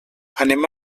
anem